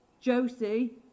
Josie